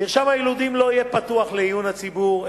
מרשם היילודים לא יהיה פתוח לעיון הציבור,